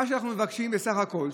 מה שאנחנו מבקשים בסך הכול,